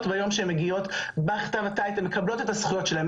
ביום שהן מגיעות הן מקבלות את הזכויות שלהן,